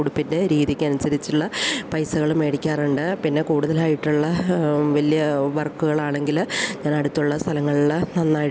ഉടുപ്പിൻ്റെ രീതിയ്ക്ക് അനുസരിച്ചുള്ള പൈസകൾ മേടിക്കാറുണ്ട് പിന്നെ കൂടുതലായിട്ടുള്ള വലിയ വർക്കുകൾ ആണെങ്കിൽ ഞാൻ അടുത്തുള്ള സ്ഥലങ്ങളിൽ നന്നായിട്ട്